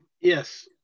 Yes